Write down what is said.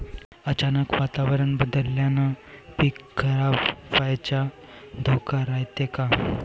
अचानक वातावरण बदलल्यानं पीक खराब व्हाचा धोका रायते का?